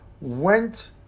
went